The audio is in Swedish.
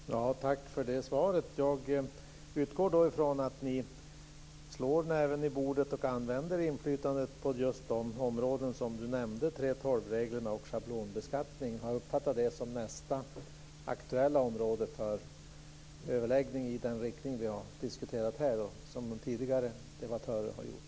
Fru talman! Tack för det svaret. Jag utgår då från att ni slår näven i bordet och använder inflytandet på just de områden som nämndes, dvs. 3:12-reglerna och schablonbeskattningen. Ska jag uppfatta det som nästa aktuella område för överläggning i den riktning som vi har diskuterat här och som tidigare debattörer har gjort?